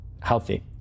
healthy